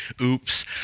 Oops